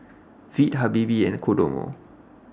Veet Habibie and Kodomo